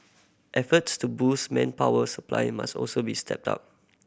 efforts to boost manpower supply must also be stepped up